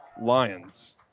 lions